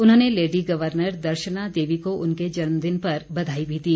उन्होंने lady governor Darshana Devi को उनके जन्मदिन की बधाई भी दी